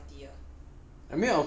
which one is healthier